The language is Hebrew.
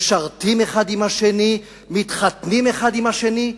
משרתים אחד עם השני ומתחתנים אחד עם השני.